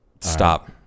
Stop